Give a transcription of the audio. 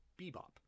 bebop